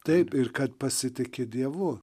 taip ir kad pasitiki dievu